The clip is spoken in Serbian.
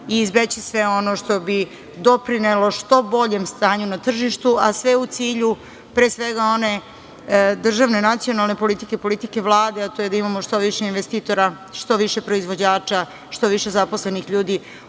izbeći sve ono što bi doprinelo što boljem stanju na tržištu, a sve u cilju pre svega one državne nacionalne politike, politike Vlade, a to je da imamo što više investitora, što više proizvođača, što više zaposlenih ljudi.U